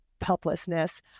helplessness